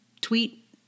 tweet